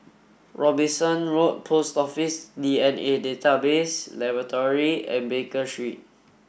Robinson Road Post Office DNA Database Laboratory and Baker Street